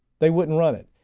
they wouldn't run it.